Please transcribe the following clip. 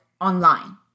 online